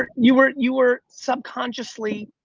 ah you were you were subconsciously,